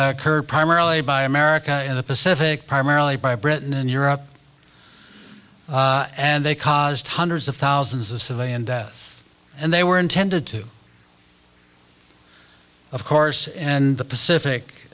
occurred primarily by america in the pacific primarily by britain and europe and they caused hundreds of thousands of civilian deaths and they were intended to of course and the pacific